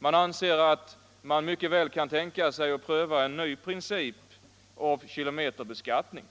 Man anser att man mycket väl kan tänka sig att pröva en ny princip för kilometerbeskattning.